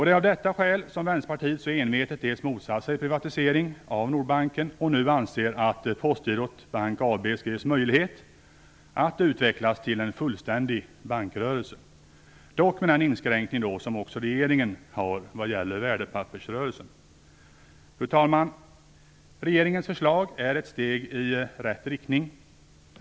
Det är av detta skäl som Vänsterpartiet så envetet motsatt sig privatisering av Nordbanken och nu anser att Postgirot Bank AB skall ges möjlighet att utvecklas till en fullständig bankrörelse, dock med den inskränkning som också regeringen har vad gäller värdepappersrörelsen. Fru talman! Regeringens förslag är ett steg i rätt riktning.